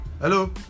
hello